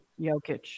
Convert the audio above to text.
Jokic